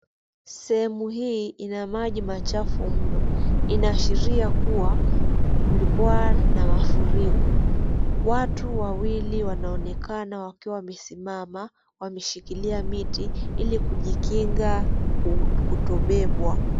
Sehemu hii ina maji machafu mno. Inaashiria kuwa, kulikuwa na mafuriko. Watu wawili wanaonekana wakiwa wamesimama, wameshikilia miti ili kujikinga ku kutobebwa.